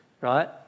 right